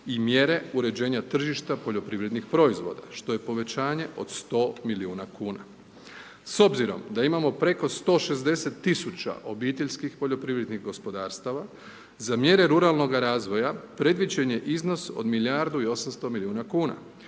i mjere uređenja tržišta poljoprivrednih proizvoda što je povećanje od 100 milijuna kuna. S obzirom da imamo preko 160.000 obiteljskih poljoprivrednih gospodarstava za mjere ruralnoga razvoja predviđen je iznos od milijardu i 800 milijuna kuna,